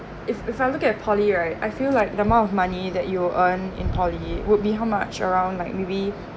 if if I look at poly right I feel like the amount of money that you earn in poly would be how much around like maybe